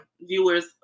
viewer's